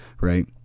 Right